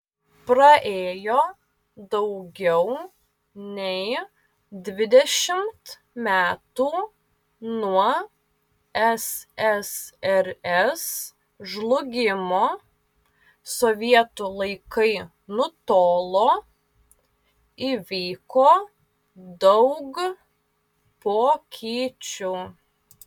praėjo daugiau nei dvidešimt metų nuo ssrs žlugimo sovietų laikai nutolo įvyko daug pokyčių